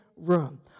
Room